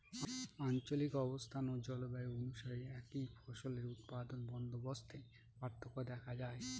আঞ্চলিক অবস্থান ও জলবায়ু অনুসারে একই ফসলের উৎপাদন বন্দোবস্তে পার্থক্য দেখা যায়